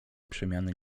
przemiany